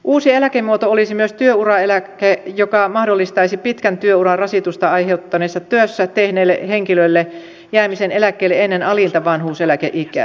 uusi eläkemuoto olisi myös työuraeläke joka mahdollistaisi pitkän työuran rasitusta aiheuttaneessa työssä tehneelle henkilölle jäämisen eläkkeelle ennen alinta vanhuuseläkeikää